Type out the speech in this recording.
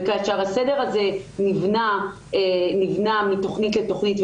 וכאשר הסדר הזה נבנה מתוכנית לתוכנית,